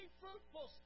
fruitful